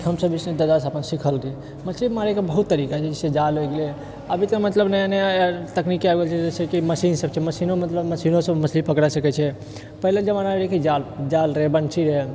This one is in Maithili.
हमसब जे छै अपन दाद सँ अपन सिखल रहिऐ मछली मारैके बहुत तरीका छै जैसे जाल होइ गेलै अभी तऽ मतलब नया नया तकनीक आबि गेल छै जैसेकी मशीन सब छै मशीनो मतलब मशीनोसँ मछली पकड़ाए सकैत छै पहिलेके जमानामे रहए जाल जाल रहए वन्शी रहए